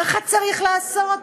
ככה צריך לעשות?